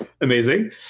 amazing